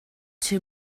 two